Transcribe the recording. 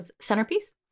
centerpiece